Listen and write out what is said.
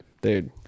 Dude